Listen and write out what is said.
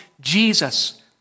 Jesus